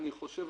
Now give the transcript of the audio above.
אני חושב,